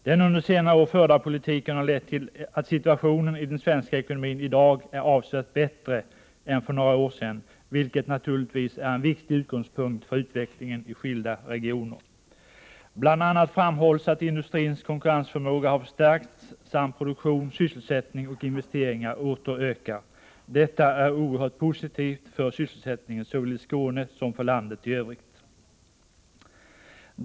Den under senare år förda politiken har lett till att situationen i den svenska ekonomin i dag är avsevärt bättre än för några år sedan, vilket naturligtvis är en viktig utgångspunkt för utvecklingen i skilda regioner. Bl.a. framhålls att industrins konkurrensförmåga har förstärkts samt produktion, sysselsättning och investeringar åter ökar. Detta är oerhört positivt för sysselsättningen såväl i Skåne som för landet i övrigt.